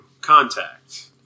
Contact